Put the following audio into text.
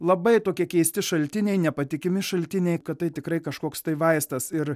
labai tokie keisti šaltiniai nepatikimi šaltiniai kad tai tikrai kažkoks tai vaistas ir